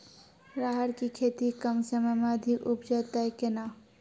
राहर की खेती कम समय मे अधिक उपजे तय केना?